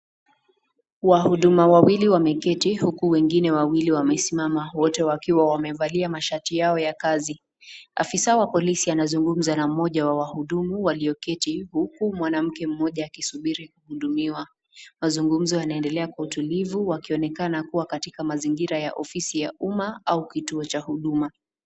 Wahudumu wawili wameketi huku wengine wawili wamesimama, wote wakiwa wamevalia mashati yao ya kazi. Afisa wa polisi anazungumza na mmoja wa wahudumu walioketi huku mwanamke mmoja akisubiri kuhudumiwa, Mazugumzi yanaendelea kwa utulivu wakionekana kuwa katika mazingira ya ofisi ya umma au kituo cha huduma.